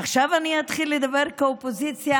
עכשיו אני אתחיל לדבר כאופוזיציה?